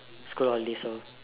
school holidays so